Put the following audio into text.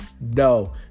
No